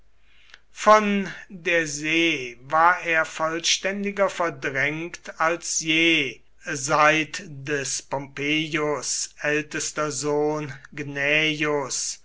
von der see war er vollständiger verdrängt als je seit des pompeius ältester sohn